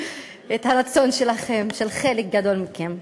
הרצון שלכם, של חלק גדול מכם.